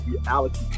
reality